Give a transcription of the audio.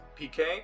PK